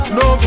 no